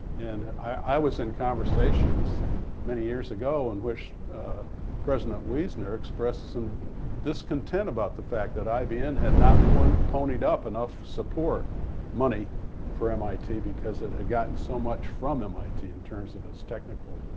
and i was in conversations many years ago in which president wiesner expressed some discontent about the fact that ibm had not ponied up enough support money for mit because it had gotten so much from mit in terms of it's technical.